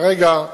כרגע,